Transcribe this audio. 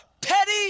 petty